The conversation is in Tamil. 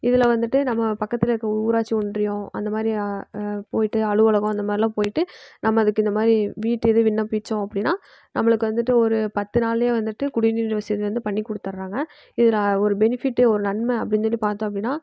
இதில் வந்துட்டு நம்ம பக்கத்தில் இருக்கற ஊராட்சி ஒன்றியம் அந்த மாதிரி போய்விட்டு அலுவலகம் அந்த மாதிரிலாம் போய்விட்டு நம்ம அதுக்கு இந்த மாதிரி வீட்டு விண்ணப்பித்தோம் அப்படினா நம்மளுக்கு வந்துட்டு ஒரு பத்து நாளே வந்துட்டு குடிநீர் வசதி வந்து பண்ணி கொடுத்துர்றாங்க இதில் ஒரு பெனிஃபிட் ஒரு நன்மை அப்படின் சொல்லி பார்த்தோம் அப்படினா